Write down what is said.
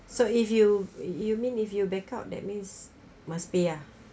so if you you mean if you backup that means must pay ah